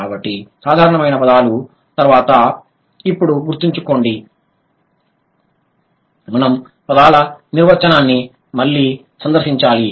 కాబట్టి సాధారణమైన పదాలు మరియు ఇప్పుడు గుర్తుంచుకోండి మనం పదాల నిర్వచనాన్ని మళ్లీ సందర్శించాలి